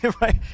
right